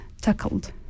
tackled